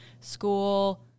school